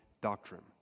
doctrine